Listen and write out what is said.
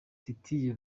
titie